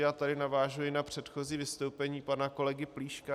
A tady navážu i na předchozí vystoupení pana kolegy Plíška.